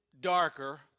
darker